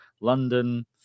London